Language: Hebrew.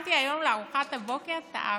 ואכלתי היום לארוחת הבוקר טעמי.